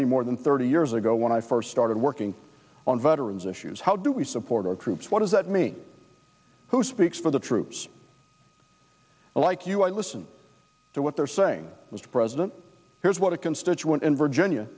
me more than thirty years ago when i first started working on veterans issues how do we support our troops what does that mean who speaks for the troops like you i listen to what they're saying mr president here's what a constituent in virginia